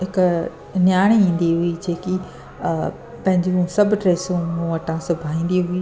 हिकु न्याणी ईंदी हुई जेकी पंहिंजूं सभु ड्रेसूं मूं वटां सिबाईंदी हुई